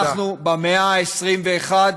אנחנו במאה ה-21,